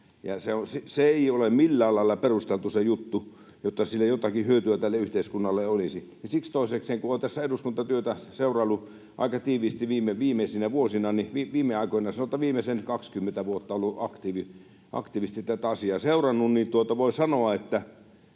se ei ole millään lailla perusteltu se juttu, että sillä jotakin hyötyä tälle yhteiskunnalle olisi. Siksi toisekseen, kun olen tässä eduskuntatyötä seuraillut aika tiiviisti viimeisinä vuosina, viime aikoina, sanotaan, että viimeisen 20 vuotta olen aktiivisesti tätä asiaa seurannut, niin voin sanoa, että